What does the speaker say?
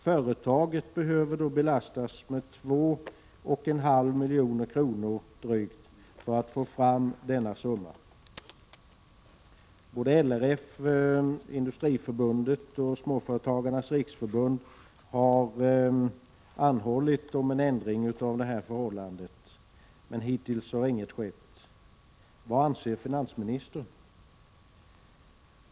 Företaget behöver då belastas med drygt 2 1/2 milj.kr. för att få fram denna summa. Både LRF, Industriförbundet och Småföretagens riksorganisation har anhållit om en ändring av detta förhållande, men hittills har ingenting skett. Vad anser finansministern?